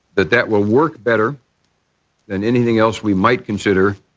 that that will work better than anything else we might consider